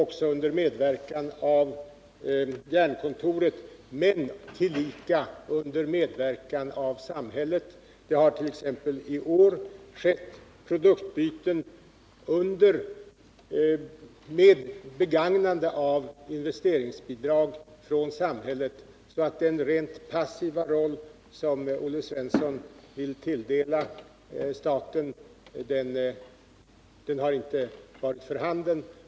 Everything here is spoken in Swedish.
Det sker under medverkan av Jernkontoret men tillika också under medverkan av samhället. Det hart.ex. i år genomförts produktbyten med begagnande av statliga investeringsbidrag. Den rent passiva roll som Olle Svensson vill tilldela staten har alltså inte varit för handen.